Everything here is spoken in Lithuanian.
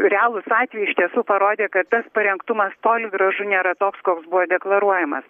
realūs atvejai iš tiesų parodė kad tas parengtumas toli gražu nėra toks koks buvo deklaruojamas